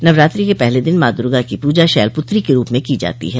नवरात्रि के पहले दिन माँ दुर्गा की पूजा शैलपुत्री के रूप में की जाती है